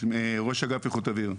ראש אגף איכות אוויר.